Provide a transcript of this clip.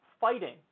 fighting